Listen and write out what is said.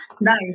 Nice